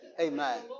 Amen